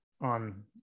on